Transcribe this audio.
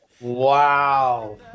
Wow